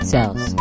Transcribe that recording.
Cells